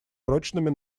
прочными